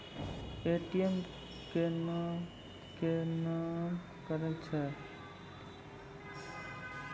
ATM केना काम करै छै?